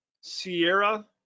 Sierra